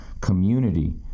community